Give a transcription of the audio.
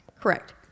Correct